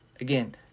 again